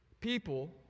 people